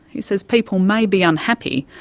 he says people may be unhappy,